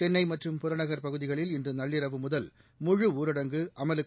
சென்னை மற்றும் புறநகர் பகுதிகளில் இன்று நள்ளிரவு முதல் முழுஊரடங்கு அமலுக்கு